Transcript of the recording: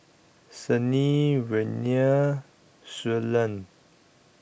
Sannie Reina Suellen